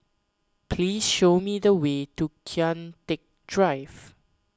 please show me the way to Kian Teck Drive